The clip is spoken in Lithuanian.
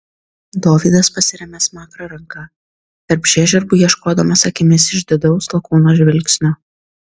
dovydas pasiremia smakrą ranka tarp žiežirbų ieškodamas akimis išdidaus lakūno žvilgsnio